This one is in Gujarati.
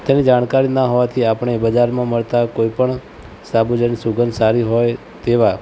તેની જાણકારી ના હોવાથી આપણે બજારમાં મળતા કોઈપણ સાબુ જેની સુંગધ સારી હોય તેવા